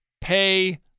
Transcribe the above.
pay